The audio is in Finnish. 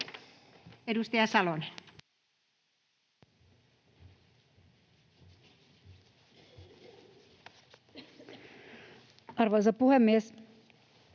Edustaja Vikman. Arvoisa puhemies!